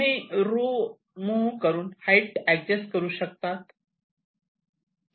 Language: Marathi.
तुम्ही रो मुव्ह करून हाईट ऍडजेस्ट करू शकतात